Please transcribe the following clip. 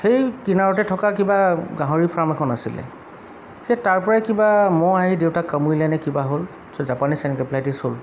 সেই কিনাৰতে থকা কিবা গাহৰি ফাৰ্ম এখন আছিলে সেই তাৰপৰাই কিবা মহ আহি দেউতাক কামুৰিলেনে কিবা হ'ল জাপানিছ এনকেপেলাইটিছ হ'ল